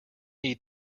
need